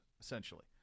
essentially